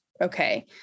Okay